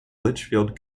lichfield